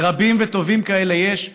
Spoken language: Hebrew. ורבים וטובים כאלה יש,